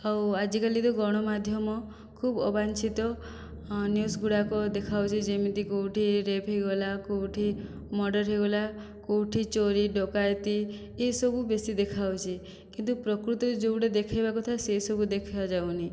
ଆଉ ଆଜିକାଲିର ଗଣମାଧ୍ୟମ ଖୁବ ଅବାଞ୍ଛିତ ନ୍ୟୁଜ୍ ଗୁଡ଼ାକ ଦେଖାଉଛି ଯେମିତି କେଉଁଠି ରେପ୍ ହୋଇଗଲା କେଉଁଠି ମର୍ଡ଼ର ହୋଇଗଲା କେଉଁଠି ଚୋରୀ ଡକାୟତି ଏ ସବୁ ବେଶୀ ଦେଖାଉଛି କିନ୍ତୁ ପ୍ରକୃତରେ ଯେଉଁଟା ଦେଖାଇବା କଥା ସେସବୁ ଦେଖାଯାଉନି